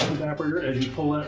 evaporator as you pull that,